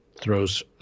throws